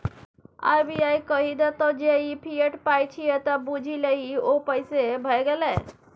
RBI कहि देतौ जे ई फिएट पाय छियै त बुझि लही ओ पैसे भए गेलै